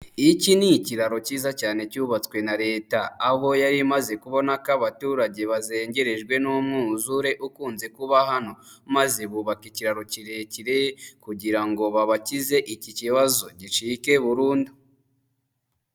Iki ni ikiraro cyiza cyane cyubatswe na leta aho yari imaze kubona ko abaturage bazengerejwe n'umwuzure ukunze kuba hano, maze bubaka ikiraro kirekire kugira ngo babakize iki kibazo gicike burundu.